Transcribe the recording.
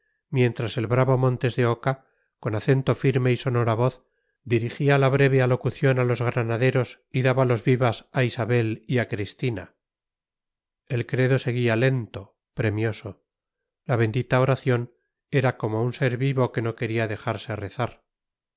mientras el bravo montes de oca con acento firme y sonora voz dirigía la breve alocución a los granaderos y daba los vivas a isabel y a cristina el credo seguía lento premioso la bendita oración era como un ser vivo que no quería dejarse rezar